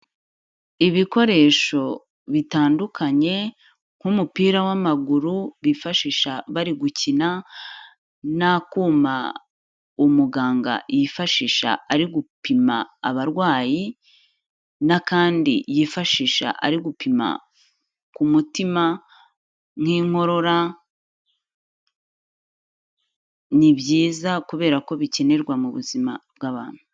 Ibikoresho bitandukanye nk'umupira w'amaguru bifashisha bari gukina n'akuma umuganga yifashisha ari gupima abarwayi n'akandi yifashisha ari gupima ku mutima nk'inkorora, ni byiza kubera ko bikenerwa mu buzima bw'abantu.